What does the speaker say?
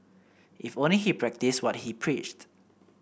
if only he practised what he preached